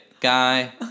Guy